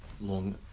long